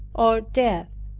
or death.